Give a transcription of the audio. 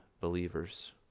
believers